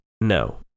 No